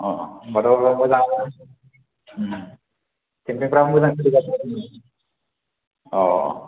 अ' होनबाथ' मोजां केमफिंफ्रा मोजां सोलिगासिनो अ'